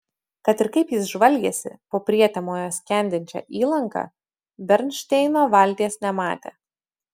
kad ir kaip jis žvalgėsi po prietemoje skendinčią įlanką bernšteino valties nematė